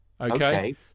okay